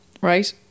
right